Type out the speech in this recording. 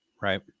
right